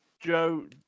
Joe